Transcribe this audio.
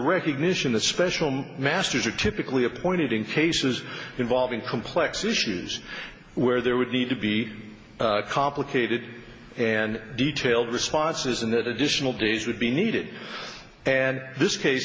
recognition the special masters are typically appointed in cases involving complex issues where there would need to be complicated and detailed responses and that additional days would be needed and this case